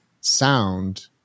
sound